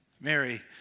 Mary